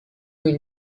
این